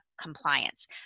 Compliance